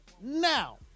Now